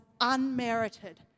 unmerited